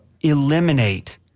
eliminate